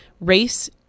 Race